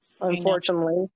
unfortunately